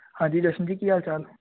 ਹਾਂਜੀ ਜਸ਼ਨ ਜੀ ਕੀ ਹਾਲ ਚਾਲ